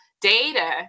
data